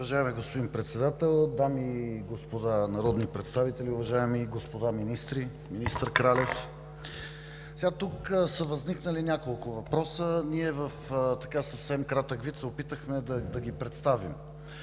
Уважаеми господин Председател, дами и господа народни представители, уважаеми господа министри, министър Кралев! Тук са възникнали няколко въпроса. Ние в съвсем кратък вид се опитахме да ги представим.